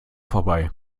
vorbei